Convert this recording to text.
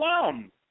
Plum